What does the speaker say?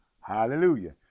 hallelujah